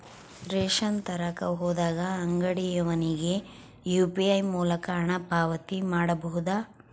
Ration ತರಕ ಹೋದಾಗ ಅಂಗಡಿಯವನಿಗೆ ಯು.ಪಿ.ಐ ಮೂಲಕ ಹಣ ಪಾವತಿ ಮಾಡಬಹುದಾ?